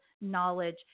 knowledge